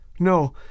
No